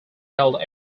held